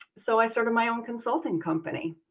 so i started my own consulting company.